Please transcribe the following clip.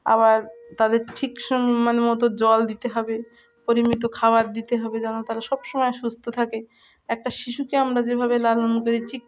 আবার তাদের ঠিক সম মানে মতো জল দিতে হবে পরিমিত খাবার দিতে হবে যেন তারা সব সমময় সুস্থ থাকে একটা শিশুকে আমরা যেভাবে লালন করি ঠিক